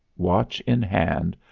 watch in hand,